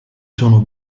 sono